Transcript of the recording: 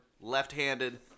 left-handed